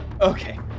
Okay